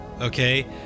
okay